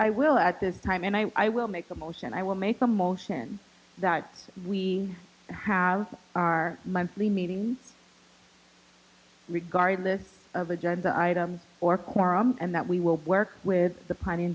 i will at this time and i will make a motion i will make a motion that we have our monthly meeting regardless of agenda items or quorum and that we will be work with the planning